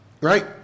right